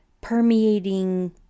permeating